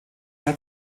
hat